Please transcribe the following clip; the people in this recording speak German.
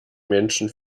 menschen